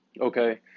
Okay